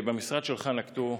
במשרד שלך נקטו,